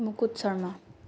Mukut Sharma